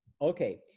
Okay